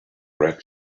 red